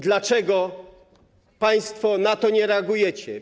Dlaczego państwo na to nie reagujecie?